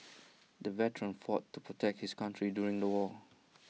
the veteran fought to protect his country during the war